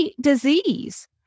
disease